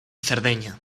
cerdeña